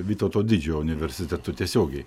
vytauto didžiojo universitetu tiesiogiai